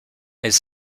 elle